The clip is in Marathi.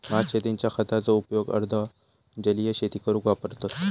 भात शेतींच्या खताचो उपयोग अर्ध जलीय शेती करूक वापरतत